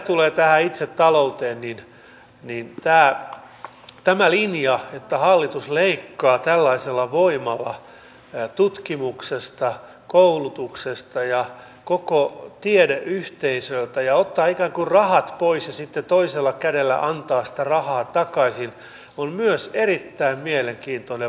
mitä tulee itse talouteen niin tämä linja että hallitus leikkaa tällaisella voimalla tutkimuksesta koulutuksesta ja koko tiedeyhteisöltä ja ottaa ikään kuin rahat pois ja sitten toisella kädellä antaa sitä rahaa takaisin on myös erittäin mielenkiintoinen valinta